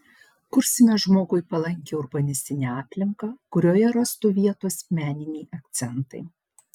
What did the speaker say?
kursime žmogui palankią urbanistinę aplinką kurioje rastų vietos meniniai akcentai